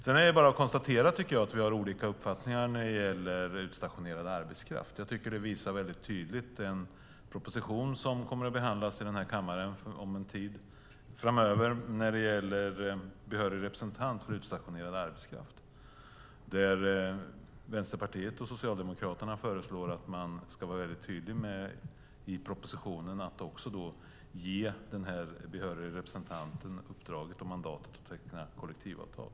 Sedan är det bara att konstatera att vi har olika uppfattningar när det gäller utstationerad arbetskraft. Jag tycker att det visas väldigt tydligt i den proposition som kommer att behandlas i den här kammaren om en tid när det gäller behörig representant för utstationerad arbetskraft. Där föreslår Vänsterpartiet och Socialdemokraterna att man ska vara väldigt tydlig i propositionen med att också ge den här behöriga representanten uppdraget och mandatet att teckna kollektivavtal.